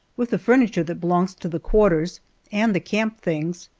with the furniture that belongs to the quarters and the camp things,